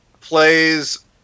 plays